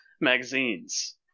magazines